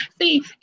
See